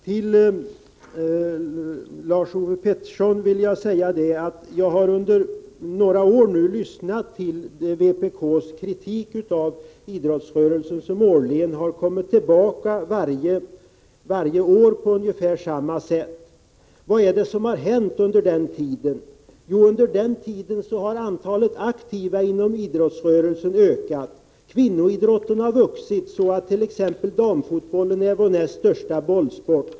Till Lars-Ove Hagberg vill jag säga att jag nu under några år har lyssnat till vpk:s kritik av idrottsrörelsen, som har kommit tillbaka årligen på ungefär samma sätt. Vad är det som har hänt under den tiden? Jo, antalet aktiva inom idrottsrörelsen har ökat, kvinnoidrotten har vuxit så att t.ex. damfotbollen är den näst största bollsporten.